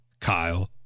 Kyle